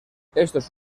estos